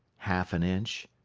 half an inch.